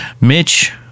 Mitch